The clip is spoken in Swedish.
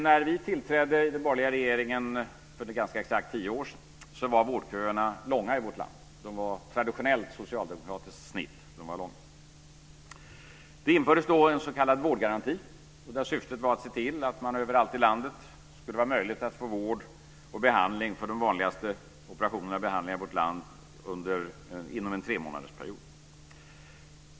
När vi tillträdde i den borgerliga regeringen för ganska exakt tio år sedan var vårdköerna i vårt land av traditionellt socialdemokratiskt snitt, dvs. långa. Det infördes då en s.k. vårdgaranti där syftet var att se till att det överallt i landet skulle vara möjligt att få de vanligaste operationerna och behandlingarna i vårt land inom en tremånadersperiod.